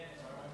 כן.